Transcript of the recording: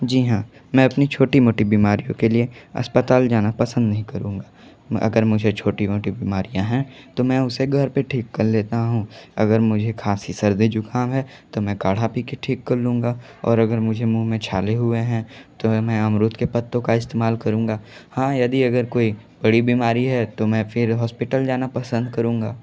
जी हाँ मैं अपनी छोटीमोटी बीमारियों के लिए अस्पताल जाना पसंद नहीं करूँगा अगर मुझे छोटी मोटी बीमारियाँ हैं तो मैं उसे घर पर ठीक कर लेता हूँ अगर मुझे खांसी सर्दी ज़ुख़ाम है तो मैं काढ़ा पी के ठीक कर लूँगा और अगर मुझे मुँह में छाले हुए हैं तो मैं अमरूद के पत्तों का इस्तेमाल करूँगा हाँ यदि अगर कोई बड़ी बीमारी है तो मैं फिर हॉस्पिटल जाना पसंद करूँगा